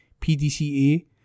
PDCA